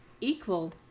equal